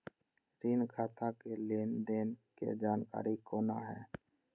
ऋण खाता के लेन देन के जानकारी कोना हैं?